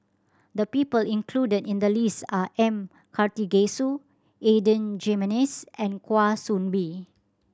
the people included in the list are M Karthigesu Adan Jimenez and Kwa Soon Bee